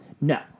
No